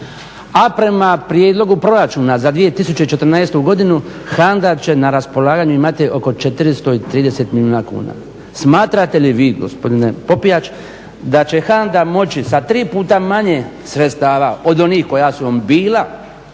a prema prijedlogu proračuna za 2014. godinu HANDA će na raspolaganju imati oko 430 milijuna kuna. Smatrate li vi gospodine Popijač da će HANDA moći sa tri puta manje sredstava od onih koja su vam bila